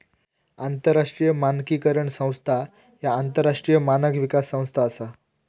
आंतरराष्ट्रीय मानकीकरण संस्था ह्या आंतरराष्ट्रीय मानक विकास संस्था असा